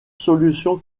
solution